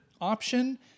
option